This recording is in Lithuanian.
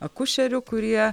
akušerių kurie